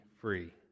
free